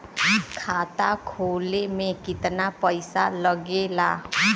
खाता खोले में कितना पईसा लगेला?